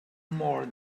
more